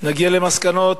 נגיע למסקנות